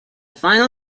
final